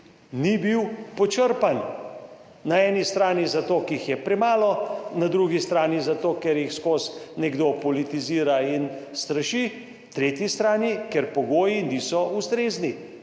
ni bil počrpan. Na eni strani zato, ker jih je premalo, na drugi strani zato, ker jih skozi nekdo politizira in straši, na tretji strani, ker pogoji niso ustrezni.